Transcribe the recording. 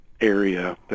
area